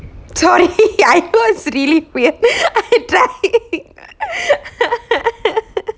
sorry I got really weird I try